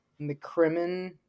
mccrimmon